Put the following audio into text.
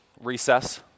recess